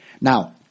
Now